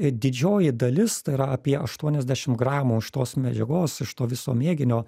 didžioji dalis tai yra apie aštuoniasdešim gramų tos medžiagos iš to viso mėginio